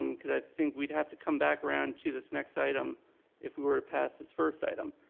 and because i think we'd have to come back around to this next item if we were to pass this first item.